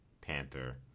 panther